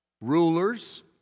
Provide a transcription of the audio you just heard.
Rulers